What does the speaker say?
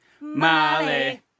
Molly